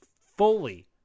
fully